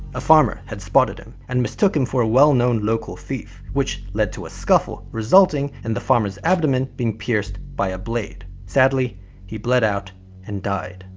a farmer had spotted him and mistook him for a well-known local thief, which led to a scuffle resulting in the farmer's abdomen being pierced by a blade. sadly he bled out and died.